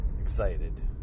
excited